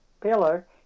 pillar